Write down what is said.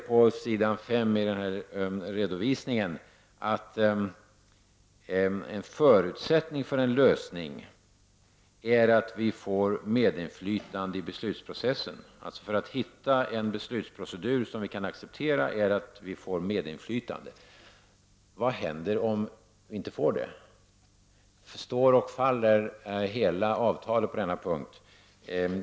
I statsrådets redovisning sägs att en förutsättning för en lösning är att vi får medinflytande i beslutsprocessen, dvs. att förutsättningen för att vi skall kunna hitta en beslutsprocedur som vi kan acceptera är att vi får medinflytande. Vad händer om vi inte får det? Står och faller hela avtalet på denna punkt?